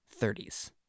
30s